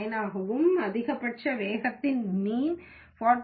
9 ஆகவும் அதிகபட்ச வேகத்தின் மீன் 48